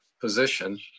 position